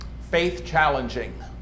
faith-challenging